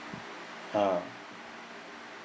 ah